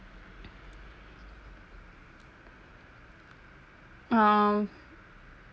um